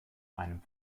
einem